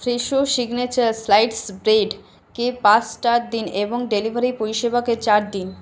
Fresho signature sliced ব্রেডকে পাঁচ star দিন এবং ডেলিভারি পরিষেবাকে চার দিন